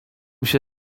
się